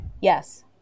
yes